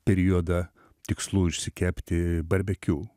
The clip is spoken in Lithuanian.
periodą tikslu išsikepti barbekiu